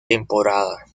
temporada